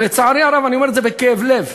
לצערי הרב, אני אומר את זה בכאב לב.